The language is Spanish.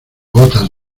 gotas